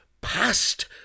past